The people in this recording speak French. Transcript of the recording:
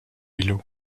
willow